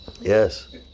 Yes